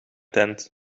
tent